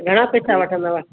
घणा पैसा वठंदव